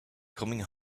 coming